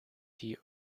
die